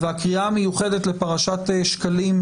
הקריאה המיוחדת לפרשת שקלים,